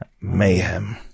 Mayhem